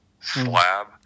slab